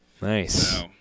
Nice